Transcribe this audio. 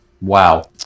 Wow